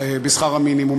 בשכר המינימום,